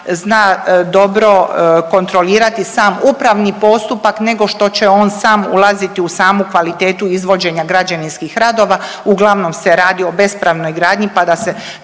zna dobro kontrolirati sam upravni postupak nego što će on sam ulaziti u samu kvalitetu izvođenja građevinskih radova. Uglavnom se radi o bespravnoj gradnji, pa da se,